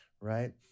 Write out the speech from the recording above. right